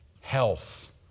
Health